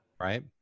Right